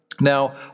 Now